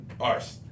arse